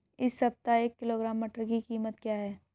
इस सप्ताह एक किलोग्राम मटर की कीमत क्या है?